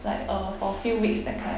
like uh for a few weeks that kind